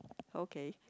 okay